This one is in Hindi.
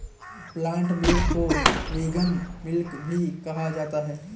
प्लांट मिल्क को विगन मिल्क भी कहा जाता है